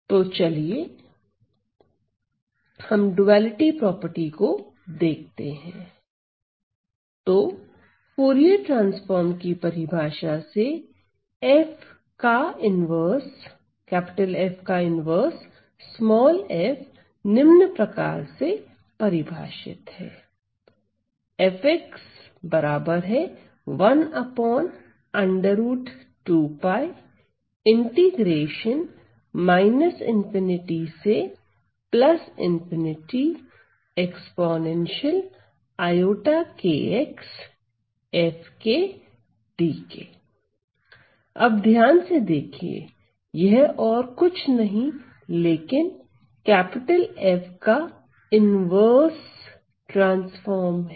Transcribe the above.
तो चलिए हम ड्युअलिटी प्रॉपर्टी को देखते हैं तो फूरिये ट्रांसफॉर्म की परिभाषा से F का इन्वर्स f निम्न प्रकार से परिभाषित है अब ध्यान से देखिए यह और कुछ नहीं लेकिन F का इन्वर्स ट्रांसफार्म है